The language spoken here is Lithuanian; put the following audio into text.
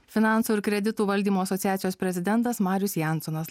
finansų ir kreditų valdymo asociacijos prezidentas marius jansonas